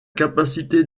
capacité